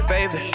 Baby